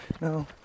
No